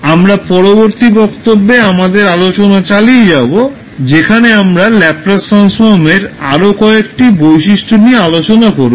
আমরা পরবর্তী বক্তব্যে আমাদের আলোচনা চালিয়ে যাব যেখানে আমরা ল্যাপলাস ট্রান্সফর্মের আরও কয়েকটি বৈশিষ্ট্য নিয়ে আলোচনা করব